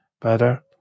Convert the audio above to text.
better